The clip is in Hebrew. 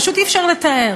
פשוט אי-אפשר לתאר.